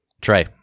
Trey